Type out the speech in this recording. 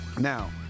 Now